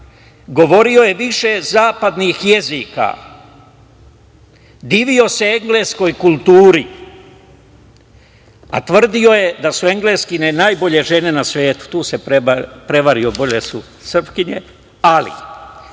govorio je više zapadnih jezika, divio se engleskoj kulturi, a tvrdio je da su Engleskinje najbolje žene na svetu. Tu se prevario, bolje su Srpkinje. Ali,